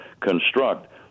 construct